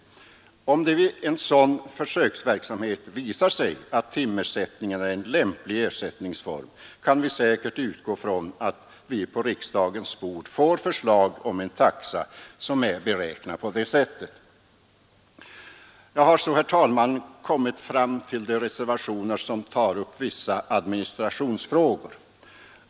Om det vid en sådan försöksverksamhet visar sig att timersättningen är en lämplig ersättningsform kan vi säkert utgå från att vi på riksdagens bord får förslag om en taxa som är beräknad på det sättet. Jag har så, herr talman, kommit fram till de reservationer som tar upp vissa administrationsfrågor.